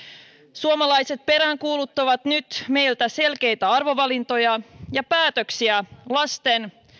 suomalaiset peräänkuuluttavat nyt meiltä selkeitä arvovalintoja ja päätöksiä lasten